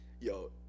Yo